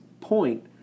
point